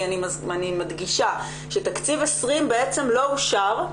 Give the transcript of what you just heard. כי אני מדגישה שתקציב 2020 בעצם לא אושר,